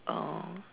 uh